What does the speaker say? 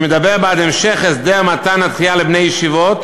שמדבר בעד המשך הסדר מתן הדחייה לבני הישיבות,